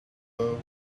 though